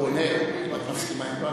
הוא עונה אם את מסכימה.